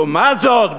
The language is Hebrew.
לעומת זאת,